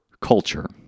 culture